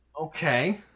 Okay